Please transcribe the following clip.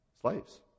Slaves